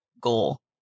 goal